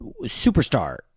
superstar